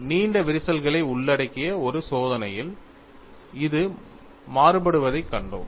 நீண்ட விரிசல்களை உள்ளடக்கிய ஒரு சோதனையில் இது மாறுபடுவதைக் கண்டோம்